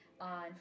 on